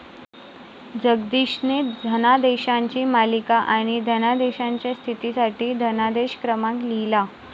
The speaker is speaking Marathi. जगदीशने धनादेशांची मालिका आणि धनादेशाच्या स्थितीसाठी धनादेश क्रमांक लिहिला